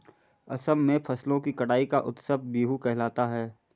असम में फसलों की कटाई का उत्सव बीहू कहलाता है